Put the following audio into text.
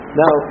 now